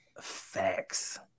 Facts